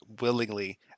willingly –